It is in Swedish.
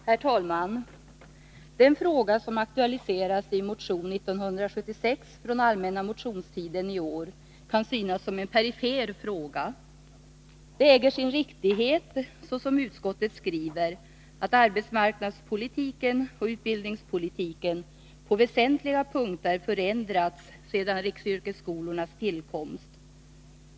Herr talman! Den fråga som aktualiseras i motion 1976, som väcktes under den allmänna motionstiden i år, kan synas vara perifer. Det äger sin riktighet, som utskottet skriver, att arbetsmarknadspolitiken och utbildningspolitiken på väsentliga punkter har förändrats sedan riksyrkesskolornas tillkomst.